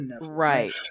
Right